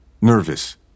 nervous